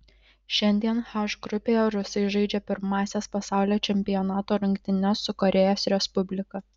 šiandien h grupėje rusai žaidžia pirmąsias pasaulio čempionato rungtynes su korėjos respublika